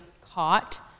caught